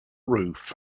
roof